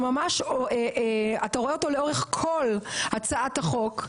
שממש אתה רואה אותו לאורך כל הצעת החוק,